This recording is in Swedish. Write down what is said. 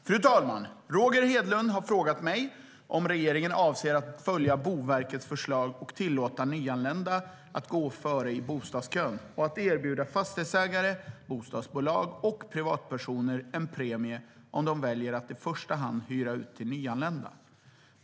Fru talman! Roger Hedlund har frågat mig om regeringen avser att följa Boverkets förslag och låta nyanlända gå före i bostadskön samt erbjuda fastighetsägare, bostadsbolag och privatpersoner en premie om de väljer att i första hand hyra ut till nyanlända.